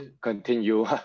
continue